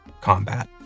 combat